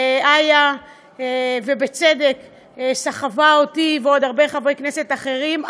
ואיה, בצדק, סחבה אותי ועוד הרבה חברי כנסת אחרים.